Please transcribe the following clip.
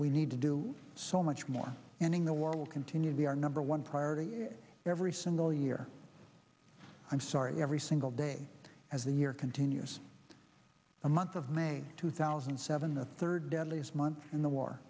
we need to do so much more ending the war will continue to be our number one priority and every single year i'm sorry every single day as the year continues the month of may two thousand and seven the third deadliest month in the war